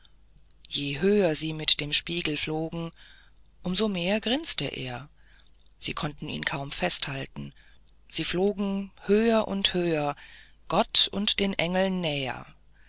je höher sie mit dem spiegel flogen um so mehr grinste er sie konnten ihn kaum festhalten sie flogen höher und höher gott und den engeln näher